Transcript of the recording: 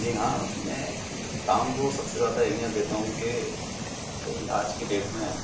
جی ہاں میں کام کو سب سے زیادہ اہمیت دیتا ہوں کہ بھائی آج کے ڈیٹ میں